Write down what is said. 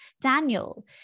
Daniel